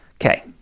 Okay